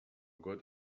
good